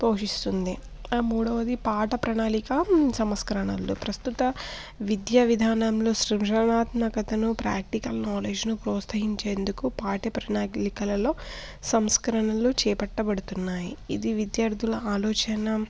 పోషిస్తుంది ఆ మూడవది పాఠ ప్రణాళిక సంస్కరణలు ప్రస్తుత విద్యా విధానంలో సృజనాత్మకతను ప్రాక్టికల్ నాలెడ్జ్ను ప్రోత్సహించేందుకు పాఠ్య ప్రణాళికలలో సంస్కరణలు చేపట్టబడుతున్నాయి ఇది విద్యార్థుల ఆలోచన